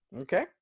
Okay